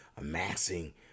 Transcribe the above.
amassing